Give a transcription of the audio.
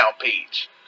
page